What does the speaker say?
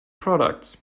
products